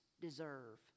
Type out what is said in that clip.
deserve